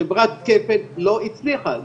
חברת כפ"ל לא הצליחה,